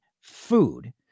food